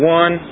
one